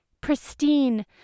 pristine